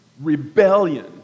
rebellion